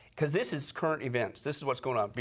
because this is current events. this is what is going on.